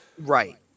right